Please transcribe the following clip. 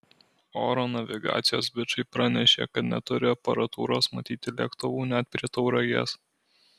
oro navigacijos bičai pranešė kad neturi aparatūros matyti lėktuvų net prie tauragės